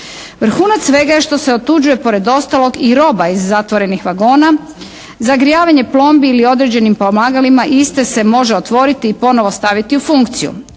Vrhunac svega je što se otuđuje pored ostalog i roba iz zatvorenih vagona. Zagrijavanje plombi ili određenim pomagalima iste se može otvoriti i ponovo staviti u funkciju.